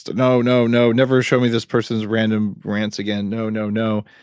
no, no, no, never show me this person's random rants again. no, no, no.